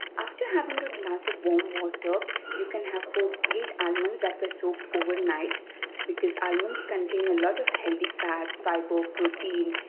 after having a glass of warm water you can have four peeled almonds that were soaked overnight because almonds contain a lot of healthy fats fibre, protein,